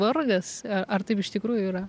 vargas ar taip iš tikrųjų yra